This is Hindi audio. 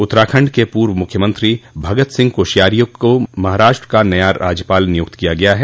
उत्तराखंड के पूर्व मुख्यमंत्री भगत सिंह कोश्यारी को महाराष्ट्र का नया राज्यपाल नियुक्त किया गया है